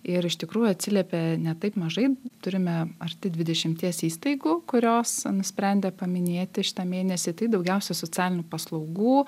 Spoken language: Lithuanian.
ir iš tikrųjų atsiliepė ne taip mažai turime arti dvidešimties įstaigų kurios nusprendė paminėti šitą mėnesį tai daugiausia socialinių paslaugų